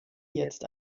jetzt